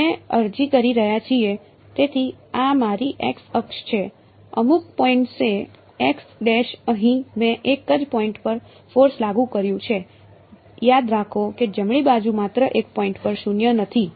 અમે અરજી કરી રહ્યા છીએ તેથી આ મારી x અક્ષ છે અમુક પોઇન્ટએ x' અહીં મેં એક જ પોઇન્ટ પર ફોર્સ લાગુ કર્યું છે યાદ રાખો કે જમણી બાજુ માત્ર એક પોઇન્ટ પર શૂન્ય નથી